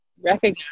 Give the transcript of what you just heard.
recognize